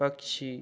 पक्षी